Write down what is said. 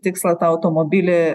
tikslą tą automobilį